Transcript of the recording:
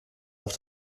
auf